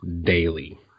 daily